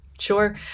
Sure